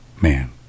Man